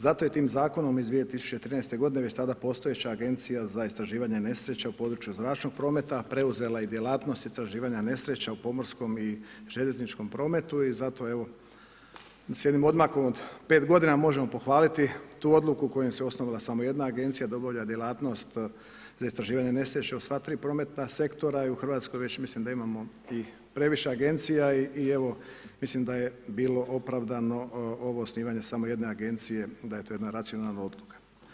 Zato je tim zakonom iz 2013. g. već tada postojeća agencija za istraživanje nesreća u području zračnog prometa preuzela i djelatnosti istraživanja nesreća u pomorskom i željezničkom prometu i zato evo, s jednim odmakom od 5 g. možemo pohvaliti tu odluku kojom se osnovala samo jedna agencija da obavlja djelatnost za istraživanje nesreća u sva 3 prometna sektora i u Hrvatskoj već mislim da imamo i previše agencija i evo, mislim da je bilo opravdano ovo osnivanje samo jedne agencije, da je to jedna racionalna odluka.